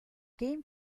game